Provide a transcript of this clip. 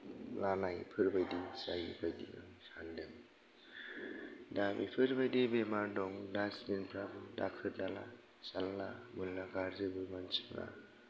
लानायफोर बायदि जायो बायदि आं सानदों दा बेफोरबायदि बेमार दं डास्टबिनफ्राबो दाखोर दाला जानला मोनला गारजोबो मानसिफ्रा